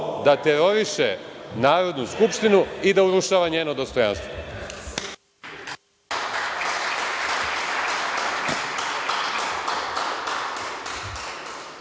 da teroriše Narodnu skupštinu i da urušava njeno dostojanstvo.(Poslanik